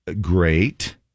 great